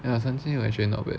ya 三千 actually not bad